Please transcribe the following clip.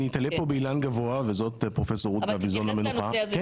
אני אתלה כאן באילן גבוה וזאת פרופסור רות גביזון המנוחה.